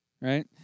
right